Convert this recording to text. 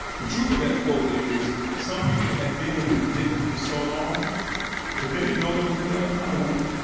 the truth of that quote is some people had been in the dip for so long that they didn't know there was any other kind of way.